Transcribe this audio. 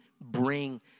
bring